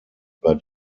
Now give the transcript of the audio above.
über